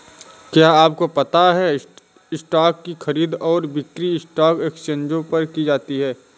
क्या आपको पता है स्टॉक की खरीद और बिक्री स्टॉक एक्सचेंजों पर की जाती है?